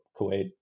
kuwait